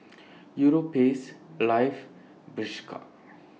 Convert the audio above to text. Europace Alive Bershka